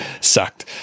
sucked